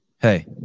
Hey